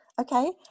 Okay